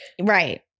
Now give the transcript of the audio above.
Right